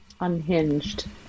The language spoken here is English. Unhinged